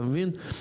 אתה מבין?